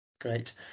Great